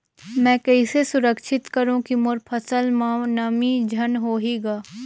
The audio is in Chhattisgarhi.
मैं कइसे सुरक्षित करो की मोर फसल म नमी झन होही ग?